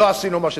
לא עשינו מה שצריך.